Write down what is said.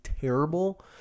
terrible